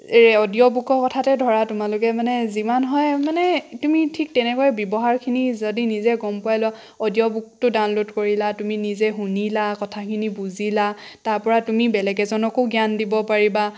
এই অডিঅ' বুকৰ কথাতেই ধৰা তোমালোকে মানে যিমান হয় মানে তুমি ঠিক তেনেকৈ ব্যৱহাৰখিনি যদি নিজে গম পাই লোৱা অডিঅ' বুকটো ডাউনলোড কৰিলা তুমি নিজে শুনিলা কথাখিনি তুমি বুজিলা তাৰ পৰা তুমি বেলেগ এজনকো তুমি জ্ঞান দিব পাৰিবা